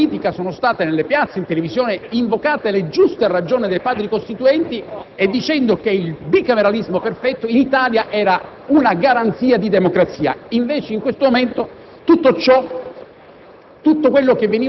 da quella parte politica sono state, nelle piazze e in televisione, invocate le giuste ragioni dei Padri costituenti, sostenendo che il bicameralismo perfetto in Italia era una garanzia di democrazia. In questo momento, invece,